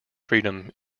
freedom